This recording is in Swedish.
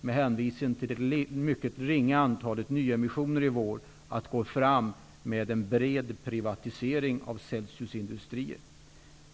med hänsyn till det mycket ringa antalet nyemissioner i vår, var ett mycket bra tillfälle att gå fram med en bred privatisering av Celsius Industrier.